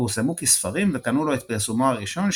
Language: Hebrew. פורסמו כספרים וקנו לו את פרסומו הראשון,